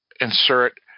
insert